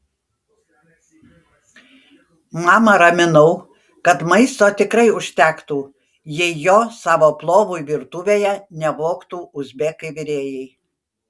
mamą raminau kad maisto tikrai užtektų jei jo savo plovui virtuvėje nevogtų uzbekai virėjai